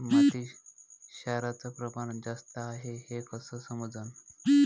मातीत क्षाराचं प्रमान जास्त हाये हे कस समजन?